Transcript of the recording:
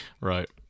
Right